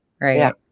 Right